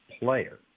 player